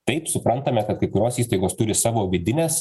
taip suprantame kad kai kurios įstaigos turi savo vidines